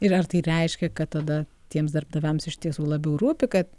ir ar tai reiškia kad tada tiems darbdaviams iš tiesų labiau rūpi kad